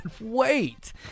Wait